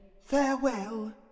Farewell